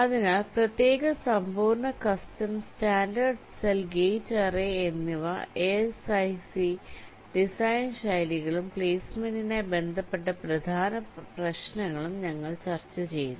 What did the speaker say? അതിനാൽ പ്രത്യേക സമ്പൂർണ്ണ customs standard cell gate array എന്നിവയിലെ ASIC ഡിസൈൻ ശൈലികളും പ്ലേസ്മെന്റിനായി ബന്ധപ്പെട്ട പ്രധാന പ്രശ്നങ്ങളും ഞങ്ങൾ ചർച്ചചെയ്യുന്നു